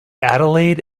adelaide